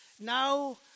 Now